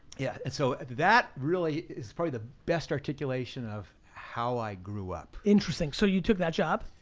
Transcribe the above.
yeah, and so that really is probably the best articulation of how i grew up. interesting, so you took that job?